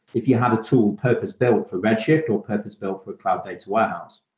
if you have a tool purpose-built for red shift or purpose-built for cloud native warehouse.